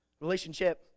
relationship